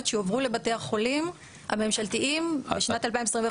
שהועברו לבתי החולים הממשלתיים בשנת 2021,